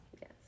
Yes